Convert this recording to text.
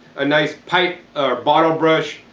a nice pipe or bottle brush,